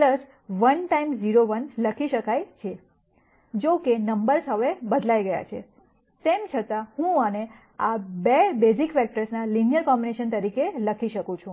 1 times 0 1 લખી શકાય છે જો કે નમ્બર્સ હવે બદલાઈ ગઈ છે તેમ છતાં હું આને આ 2 બેઝિક વેક્ટર્સના લિનયર કોમ્બિનેશન તરીકે લખી શકું છું